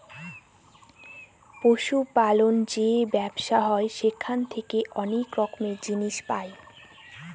পশু পালন যে ব্যবসা হয় সেখান থেকে অনেক রকমের জিনিস পাই